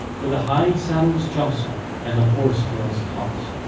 where the high saddles jostle and the horse-tails toss,